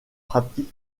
pratiquent